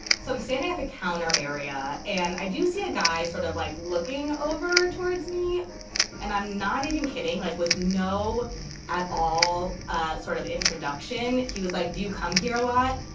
so i'm standing at the counter area and i do see a guy sort of like looking over towards me and i'm not even kidding, like with no at all ah sort of introduction. he was like, do you come here a lot?